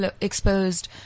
exposed